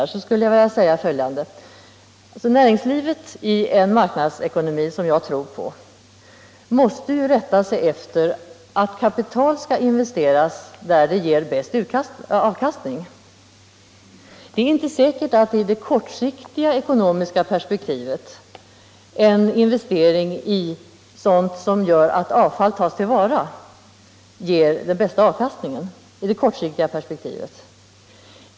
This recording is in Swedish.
På det skulle jag vilja svara följande: Näringslivet i en marknadsekonomi — som jag tror på — måste ju rätta sig efter att kapital skall investeras där det ger den bästa avkastningen. Det är inte säkert att i det kortsiktiga ekonomiska perspektivet en investering i sådant som gör att avfall tas till vara ger den bästa avkastningen.